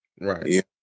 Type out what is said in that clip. Right